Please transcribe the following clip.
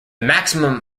maximum